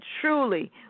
truly